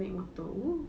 naik motor !woo!